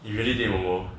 he really date momo